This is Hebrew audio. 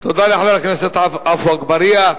לחבר הכנסת עפו אגבאריה.